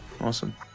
Awesome